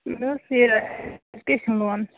اَسہِ اوس یہِ سِٹیشن لون